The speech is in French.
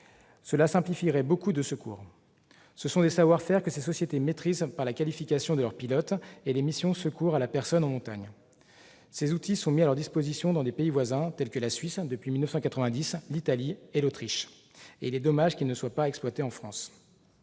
cela simplifierait de nombreux secours. Ce sont des savoir-faire que les sociétés maîtrisent du fait des qualifications de leurs pilotes et des missions de secours à personne en montagne. De tels outils sont mis à leur disposition dans des pays voisins, comme la Suisse, depuis 1990, ainsi que l'Italie ou l'Autriche. Il est regrettable qu'ils ne soient pas exploités en France.